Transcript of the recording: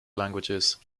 languages